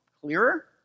clearer